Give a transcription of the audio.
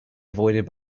avoided